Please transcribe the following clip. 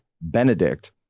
Benedict